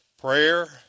prayer